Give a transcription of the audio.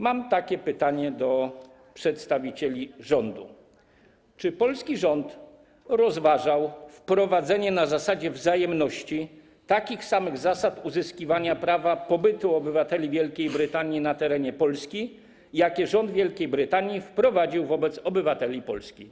Mam pytanie do przedstawicieli rządu: Czy polski rząd rozważał wprowadzenie na zasadzie wzajemności takich samych zasad uzyskiwania prawa pobytu obywateli Wielkiej Brytanii na terenie Polski, jakie rząd Wielkiej Brytanii wprowadził wobec obywateli Polski?